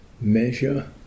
measure